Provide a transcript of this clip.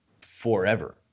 forever